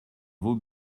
vos